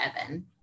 Evan